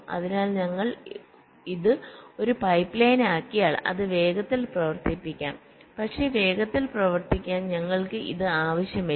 അതിനാൽ ഞങ്ങൾ ഇത് ഒരു പൈപ്പ്ലൈനാക്കിയാൽ അത് വേഗത്തിൽ പ്രവർത്തിപ്പിക്കാം പക്ഷേ വേഗത്തിൽ പ്രവർത്തിക്കാൻ ഞങ്ങൾക്ക് ഇത് ആവശ്യമില്ല